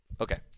Okay